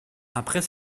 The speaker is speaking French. après